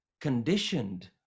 conditioned